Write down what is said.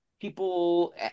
people